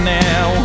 now